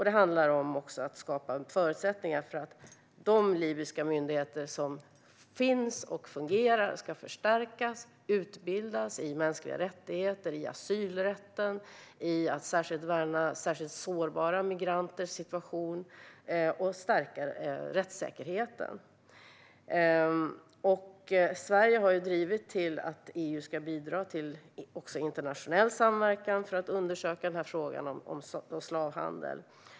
Det handlar också om att skapa förutsättningar för att de libyska myndigheter som finns och fungerar ska förstärkas och utbildas i mänskliga rättigheter, i asylrätt och i att värna särskilt sårbara migranter. De ska också stärka rättssäkerheten. Sverige har drivit att EU också ska bidra till internationell samverkan för att undersöka frågan om slavhandel.